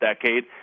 decade